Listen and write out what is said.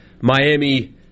Miami